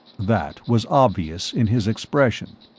that was obvious in his expression.